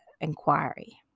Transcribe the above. inquiry